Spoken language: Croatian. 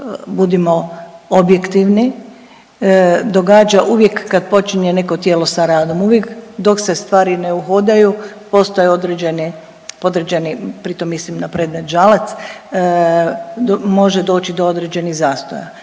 budimo objektivni, događa uvijek kad počinje neko tijelo sa radom, uvijek dok se stvari ne uhodaju postoje određeni, određeni, pri tom mislim na predmet Žalac, može doći do određenih zastoja,